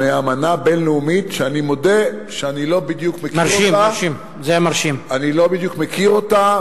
באמנה בין-לאומית שאני מודה שאני לא בדיוק מכיר אותה,